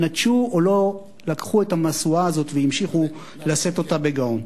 נטשו או לא לקחו את המשואה הזאת והמשיכו לשאת אותה בגאון.